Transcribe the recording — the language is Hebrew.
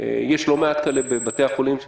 יש לא מעט כאלה בבתי החולים,